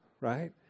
Right